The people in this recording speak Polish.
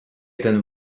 ten